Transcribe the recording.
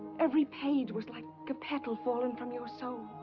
every page was like a petal fallen from your soul,